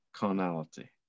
carnality